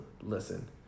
listen